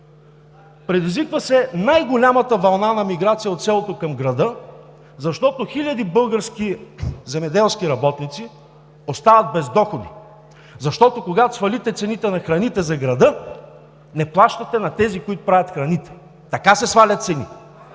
Предизвиква се най голямата вълна на миграция от селото към града, защото хиляди български земеделски работници остават без доходи. Защото, когато свалите цените на храните за града, не плащате на тези, които правят храните. Така се свалят цени.